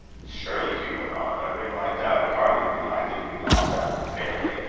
surely, hugh went on, a ring like that would hardly be likely to be lost out of the family?